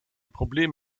problem